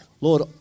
Lord